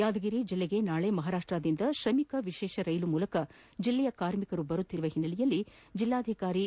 ಯಾದಗಿರಿ ಜಿಲ್ಲೆಗೆ ನಾಳೆ ಮಹಾರಾಷ್ಟದಿಂದ ಶ್ರಮಿಕ್ ವಿಶೇಷ ರೈಲಿನ ಮೂಲಕ ಜಿಲ್ಲೆಯ ಕಾರ್ಮಿಕರು ಬರುವ ಹಿನ್ನೆಲೆಯಲ್ಲಿ ಜಿಲ್ಲಾಧಿಕಾರಿ ಎಂ